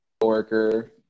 worker